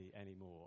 anymore